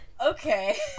okay